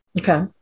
Okay